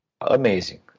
Amazing